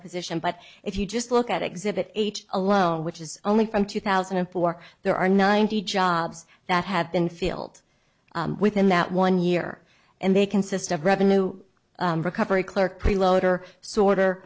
position but if you just look at exhibit eight alone which is only from two thousand and four there are ninety jobs that had been filled within that one year and they consist of revenue recovery clerk preload or sorter